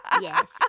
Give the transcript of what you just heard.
Yes